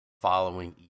following